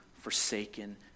forsaken